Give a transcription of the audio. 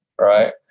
right